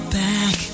back